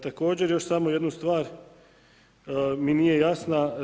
Također, još samo jedna stvar mi nije jasna.